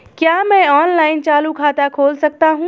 क्या मैं ऑनलाइन चालू खाता खोल सकता हूँ?